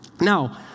Now